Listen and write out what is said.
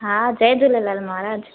हा जय झूलेलाल महाराज